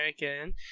American